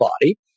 body